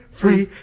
free